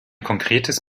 konkretes